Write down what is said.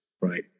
right